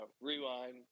rewind